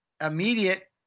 immediate